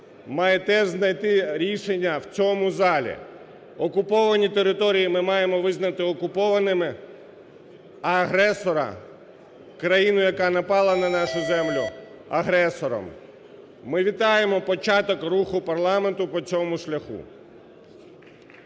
має теж знайти рішення в цьому залі. Окуповані території ми маємо визнати окупованими, а агресора – країну, яка напала на нашу землю – агресором. Ми вітаємо початок руху парламенту по цьому шляху.